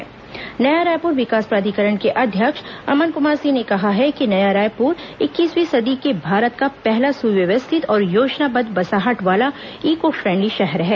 नया Raipur smart city Naya Raipur विकास प्राधिकरण के अध्यक्ष अमन कुमार सिंह ने कहा है कि नया रायपुर इक्कीसवीं सदी के भारत का पहला सुव्यवस्थित और योजनाबद्व बसाहट वाला इकोफ्रेंडली शहर है